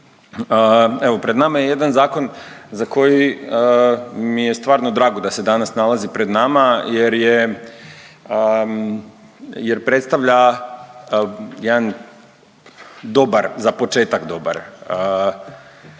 Evo, pred nama je jedan zakon za koji mi je stvarno drago da se danas nalazi pred nama jer je, jer predstavlja jedan dobar, za početak dobar